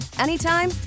anytime